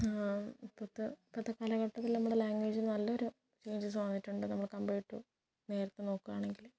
ഇപ്പഴത്തെ ഇപ്പഴത്തെ കാലഘട്ടത്തില് നമ്മടെ ലാംഗ്വേജിന് നല്ലൊരു ചേഞ്ചസ് വന്നിട്ടുണ്ട് നമ്മള് കമ്പ്യൂട്ടറ് എടുത്ത് നോക്കുവാണെങ്കില്